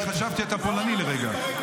ווליד, חשבתי שאתה פולני לרגע.